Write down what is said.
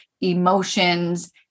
emotions